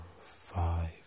five